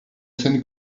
scène